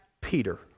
Peter